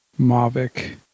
Mavic